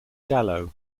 gallo